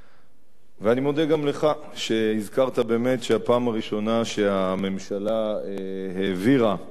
אני מודה לך שהזכרת שהפעם הראשונה שהממשלה העבירה את